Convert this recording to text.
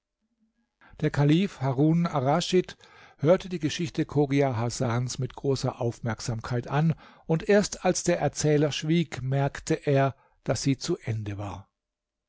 der kalif harun arraschid hörte die geschichte chogia hasans mit großer aufmerksamkeit an und erst als der erzähler schwieg merkte er daß sie zu ende war